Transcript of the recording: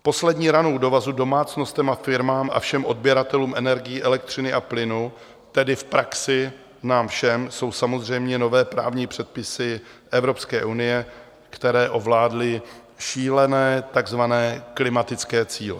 Poslední ranou do vazu domácnostem a firmám a všem odběratelům energií, elektřiny a plynu, tedy v praxi nám všem, jsou samozřejmě nové právní předpisy Evropské unie, které ovládly šílené takzvané klimatické cíle.